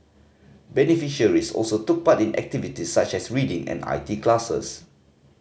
beneficiaries also took part in activities such as reading and I T classes